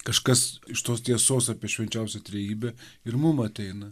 kažkas iš tos tiesos apie švenčiausią trejybę ir mum ateina